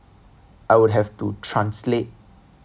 I would have to translate